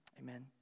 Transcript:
Amen